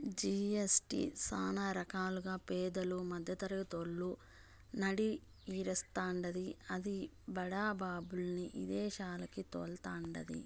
GST సానా రకాలుగా పేదలు, మద్దెతరగతోళ్ళు నడ్డి ఇరస్తాండాది, అది బడా బాబుల్ని ఇదేశాలకి తోల్తండాది